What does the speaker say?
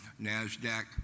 Nasdaq